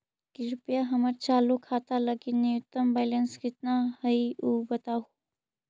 कृपया हमर चालू खाता लगी न्यूनतम बैलेंस कितना हई ऊ बतावहुं